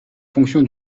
fonction